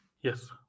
yes